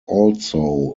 also